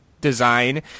design